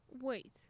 Wait